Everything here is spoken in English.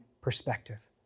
perspective